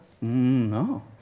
No